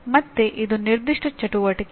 ಆದ್ದರಿಂದ ಇದು ಕಾರ್ಯಕ್ಷಮತೆಯ ಮೌಲ್ಯಮಾಪನವಾಗಿದೆ